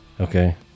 Okay